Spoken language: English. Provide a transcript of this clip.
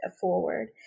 forward